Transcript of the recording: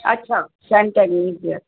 अच्छा Saint Agnes जी आहे